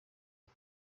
ati